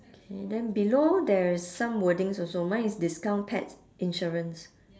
okay then below there is some wordings also mine is discount pet insurance